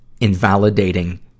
invalidating